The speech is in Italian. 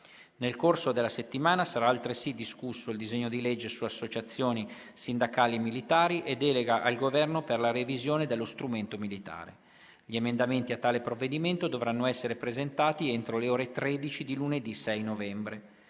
Nel corso della settimana sarà altresì discusso il disegno di legge su associazioni sindacali militari e delega al Governo per la revisione dello strumento militare. Gli emendamenti a tale provvedimento dovranno essere presentati entro le ore 13 di lunedì 6 novembre.